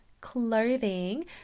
clothing